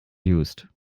used